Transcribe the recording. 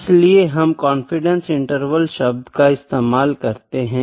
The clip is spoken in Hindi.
इसलिए हम कॉन्फिडेंस इंटरवल शब्द का इस्तमाल करते है